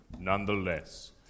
nonetheless